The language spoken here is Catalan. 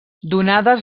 donades